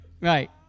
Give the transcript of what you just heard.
Right